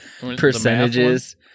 percentages